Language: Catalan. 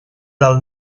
del